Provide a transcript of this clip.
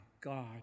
God